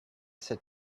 sit